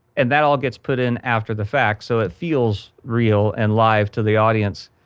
and that all gets put in after the fact so it feels real and live to the audience,